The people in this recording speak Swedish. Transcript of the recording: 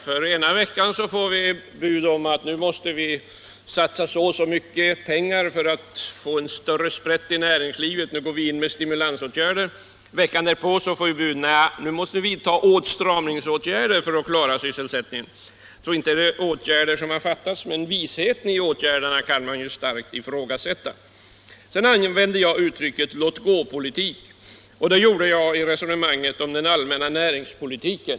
Den ena veckan får vi bud om att nu måste vi satsa så och så mycket pengar för att få litet större sprätt i näringslivet, och så går man in med stimulansåtgärder. Nästa vecka får vi budet att vi nu måste vidta åtstramningsåtgärder för att klara sysselsättningen. Det har alltså inte fattats åtgärder, men visheten i besluten om dessa åtgärder kan starkt ifrågasättas. Jag använde uttrycket låtgåpolitik i mitt resonemang om den allmänna näringspolitiken.